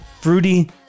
fruity